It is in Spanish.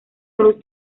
cruz